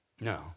No